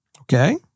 Okay